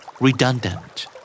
Redundant